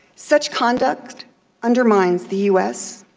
such conduct undermines the u s,